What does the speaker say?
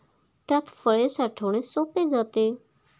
त्यात फळे साठवणे सोपे जाते